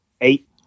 eight